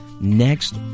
next